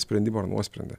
sprendimą ar nuosprendį